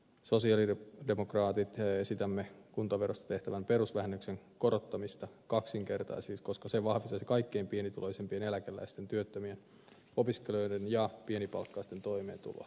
tämän lisäksi me sosialidemokraatit esitämme kuntaverosta tehtävän perusvähennyksen korottamista kaksinkertaiseksi koska se vahvistaisi kaikkein pienituloisimpien eläkeläisten työttömien opiskelijoiden ja pienipalkkaisten toimeentuloa